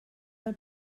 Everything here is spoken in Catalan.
del